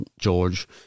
George